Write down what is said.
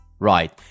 right